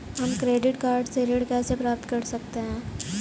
हम credit card से ऋण कैसे प्राप्त कर सकते हैं?